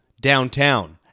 downtown